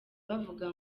bavuga